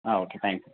okay thank you